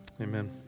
Amen